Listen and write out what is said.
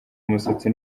umusatsi